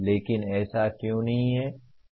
लेकिन ऐसा क्यों नहीं है